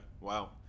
Wow